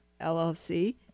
LLC